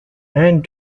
and